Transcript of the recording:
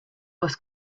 bus